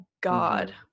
god